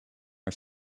are